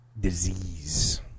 disease